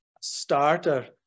starter